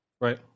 Right